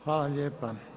Hvala lijepa.